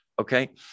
Okay